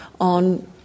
on